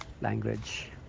language